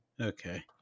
okay